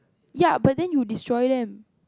ye but then you destroy them